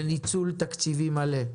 לניצול תקציבים מלא.